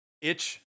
itch